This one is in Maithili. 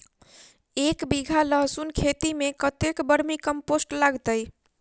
एक बीघा लहसून खेती मे कतेक बर्मी कम्पोस्ट लागतै?